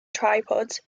tripods